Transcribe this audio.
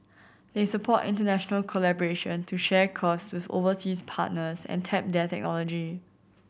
they support international collaboration to share costs with overseas partners and tap their technology